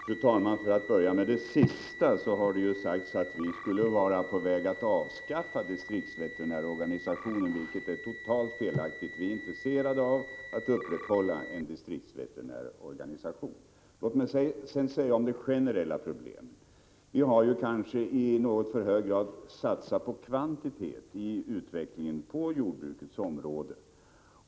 Fru talman! För att börja med det sistnämnda, så har det ju sagts att vi skulle vara på väg att avskaffa distriktsveterinärorganisationen, vilket är totalt felaktigt. Vi är intresserade av att upprätthålla en distriktsveterinärorganisation. När det sedan gäller de generella problemen vill jag säga att vi kanske i något för hög grad har satsat på kvantitet i utvecklingen på jordbrukets område.